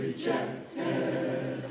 Rejected